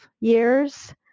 years